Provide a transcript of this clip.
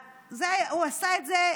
הוא עשה את זה,